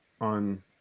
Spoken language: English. on